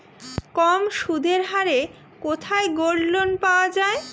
কম সুদের হারে কোথায় গোল্ডলোন পাওয়া য়ায়?